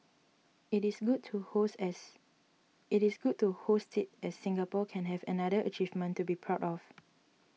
it is good to host it as Singapore can have another achievement to be proud of